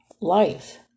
life